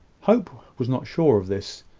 hope was not sure of this.